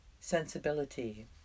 sensibility